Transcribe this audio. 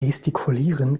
gestikulieren